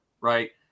right